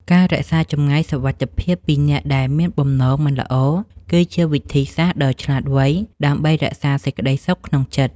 ការរក្សាចម្ងាយសុវត្ថិភាពពីអ្នកដែលមានបំណងមិនល្អគឺជាវិធីសាស្ត្រដ៏ឆ្លាតវៃដើម្បីរក្សាសេចក្តីសុខក្នុងចិត្ត។